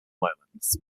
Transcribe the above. lowlands